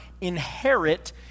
inherit